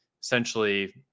Essentially